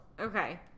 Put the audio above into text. Okay